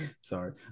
Sorry